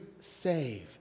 save